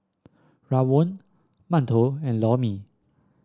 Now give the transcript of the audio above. rawon mantou and Lor Mee